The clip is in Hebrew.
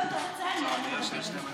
אם אתה רוצה, אני אענה לכם על זה.